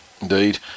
Indeed